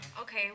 okay